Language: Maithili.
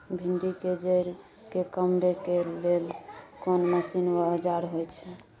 भिंडी के जईर के कमबै के लेल कोन मसीन व औजार होय छै?